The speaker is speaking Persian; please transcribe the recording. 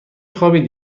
خوابید